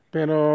Pero